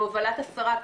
בהובלת השרה,